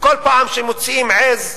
וכל פעם שמוציאים עז,